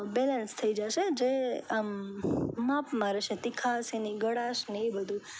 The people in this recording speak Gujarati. બેલેન્સ થઈ જશે જે આમ માપમાં રહેશે તીખાશ એની ગળાશને એ બધું